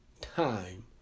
time